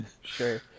Sure